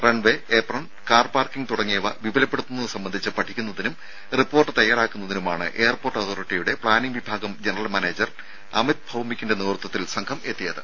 runway apron car parking തുടങ്ങിയവ വിപുലപ്പെടുന്നത് സംബന്ധിച്ച് പഠിക്കുന്നതിനും റിപ്പോർട്ട് തയ്യാറാക്കുന്നതിനുമാണ് എയർപോർട്ട് അതോറിറ്റിയുടെ പ്ലാനിങ് വിഭാഗം ജനറൽ മാനേജർ അമിത് ഭൌമികിന്റെ നേതൃത്വത്തിൽ സംഘം എത്തിയത്